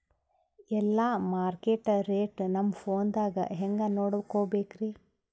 ಎಲ್ಲಾ market rate ನಮ್ ಫೋನದಾಗ ಹೆಂಗ ನೋಡಕೋಬೇಕ್ರಿ?